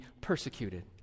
persecuted